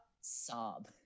Sob